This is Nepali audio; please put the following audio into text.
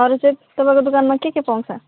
अरू चाहिँ तपाईँको दुकानमा के के पाउँछ